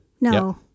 No